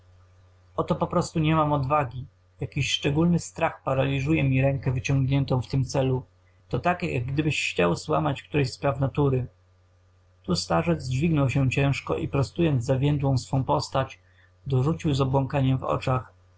przestawiać sprzętów oto poprostu nie mam odwagi jakiś szczególny strach paraliżuje mi rękę wyciągniętą w tym celu to tak jak gdybyś chciał złamać któreś z praw natury tu starzec dźwignął się ciężko i prostując zawiędłą swą postać dorzucił z obłąkaniem w oczach